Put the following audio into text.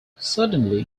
suddenly